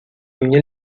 minha